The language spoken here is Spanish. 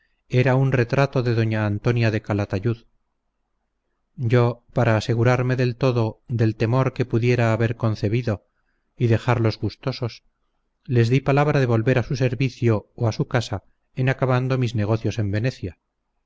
era un retrato de doña antonia de calatayud yo para asegurarme del todo del temor que pudiera haber concebido y dejarlos gustosos les dí palabra de volver a su servicio o a su casa en acabando mis negocios en venecia